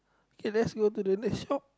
K let's go to the next shop